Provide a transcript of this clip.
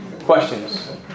Questions